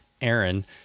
Aaron